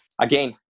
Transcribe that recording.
again